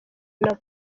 nabo